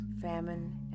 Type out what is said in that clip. famine